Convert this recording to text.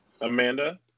Amanda